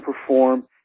perform